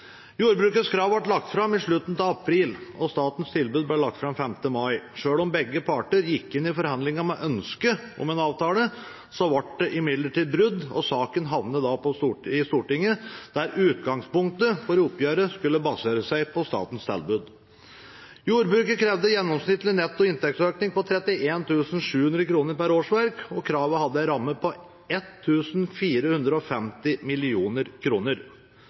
Jordbrukets krav ble lagt fram i slutten av april, og statens tilbud ble lagt fram 5. mai. Selv om begge parter gikk inn i forhandlingene med ønske om en avtale, ble det imidlertid brudd, og saken havnet i Stortinget, der utgangspunktet for tilbudet skulle basere seg på statens tilbud. Jordbruket krevde gjennomsnittlig netto inntektsøkning på 31 700 kr per årsverk, og kravene hadde en ramme på